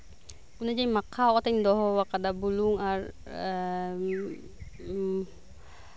ᱚᱱᱮ ᱡᱮ ᱢᱟᱠᱷᱟᱣ ᱠᱟᱛᱮᱧ ᱫᱚᱦᱚᱣ ᱟᱠᱟᱫᱟ ᱵᱩᱞᱩᱝ ᱟᱨ